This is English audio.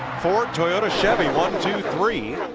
ford, toyota, chevy one, two, three.